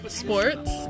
sports